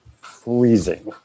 freezing